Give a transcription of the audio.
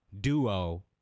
duo